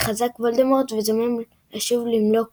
מתחזק וולדמורט וזומם לשוב למלוא כוחותיו.